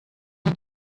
you